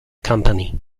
company